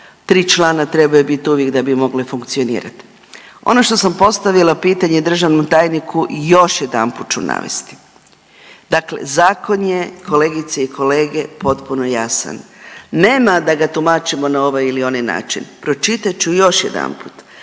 tri člana trebaju bit uvijek da bi mogli funkcionirat. Ono što sam postavila pitanje državnom tajniku još jedanput ću navesti, dakle zakon je kolegice i kolege potpuno jasan, nema da ga tumačimo na ovaj ili onaj način, pročitat ću još jedanput.